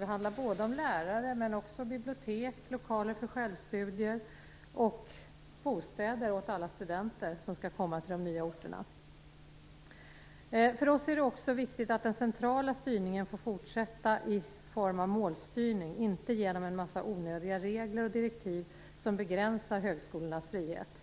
Det handlar om lärare men också om bibliotek, lokaler för självstudier och bostäder åt alla studenter som skall komma till de nya orterna. För oss är det också viktigt att den centrala styrningen får fortsätta i form av målstyrning, inte genom en massa onödiga regler och direktiv som begränsar högskolornas frihet.